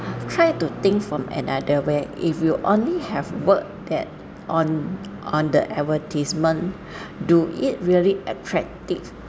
try to think from another way if you only have word that on on the advertisement do it really attracting